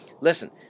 Listen